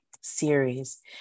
series